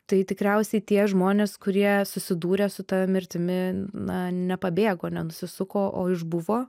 tai tikriausiai tie žmonės kurie susidūrė su ta mirtimi na nepabėgo nenusisuko o išbuvo